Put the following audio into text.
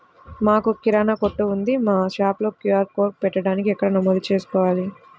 మాకు కిరాణా కొట్టు ఉంది మా షాప్లో క్యూ.ఆర్ కోడ్ పెట్టడానికి ఎక్కడ నమోదు చేసుకోవాలీ?